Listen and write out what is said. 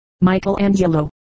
Michelangelo